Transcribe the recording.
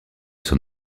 s’en